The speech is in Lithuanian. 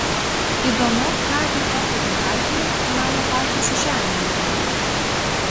įdomu ką apie tokią hierarchiją mano patys žemininkai